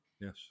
yes